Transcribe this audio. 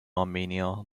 armenia